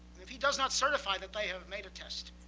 if he does not certify that they have made a test,